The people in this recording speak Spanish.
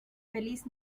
feliz